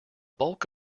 bulk